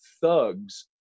thugs